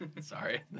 Sorry